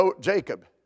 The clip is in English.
Jacob